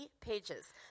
pages